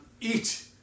eat